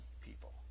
people